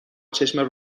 چشم